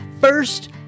first